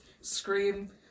scream